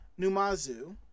Numazu